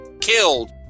killed